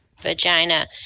vagina